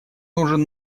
нужен